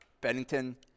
Bennington